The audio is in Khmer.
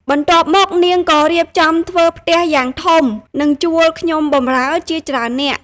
បន្ទាប់មក នាងក៏រៀបចំធ្វើផ្ទះយ៉ាងធំ និងជួលខ្ញុំបម្រើជាច្រើននាក់។